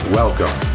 welcome